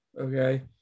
okay